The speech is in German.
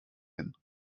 hin